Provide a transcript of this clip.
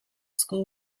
school